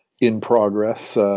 in-progress